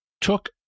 took